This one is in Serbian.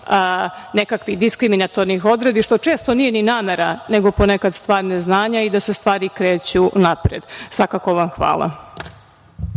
nekakvih diskriminatornih odredbi, što često nije ni namera nego ponekad stvar neznanja i da se stvari kreću napred. Svakako vam hvala.